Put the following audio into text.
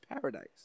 paradise